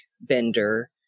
bender